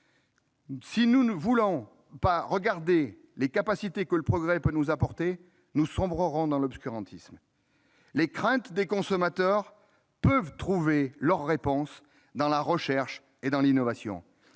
Si nous ne voulons pas voir ce que le progrès peut nous apporter, nous sombrerons dans l'obscurantisme. Les craintes des consommateurs peuvent trouver leur réponse dans la recherche et dans l'innovation.